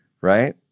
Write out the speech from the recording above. right